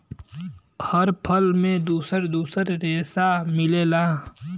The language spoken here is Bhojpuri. हर फल में दुसर दुसर रेसा मिलेला